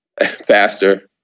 Pastor